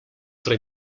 tre